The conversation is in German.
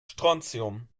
strontium